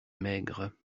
maigres